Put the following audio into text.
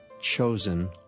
chosen